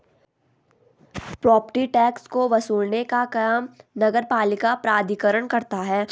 property tax को वसूलने का काम नगरपालिका प्राधिकरण करता है